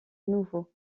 nouveau